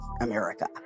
america